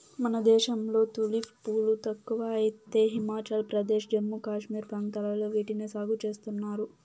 మన దేశంలో తులిప్ పూలు తక్కువ అయితే హిమాచల్ ప్రదేశ్, జమ్మూ కాశ్మీర్ ప్రాంతాలలో వీటిని సాగు చేస్తున్నారు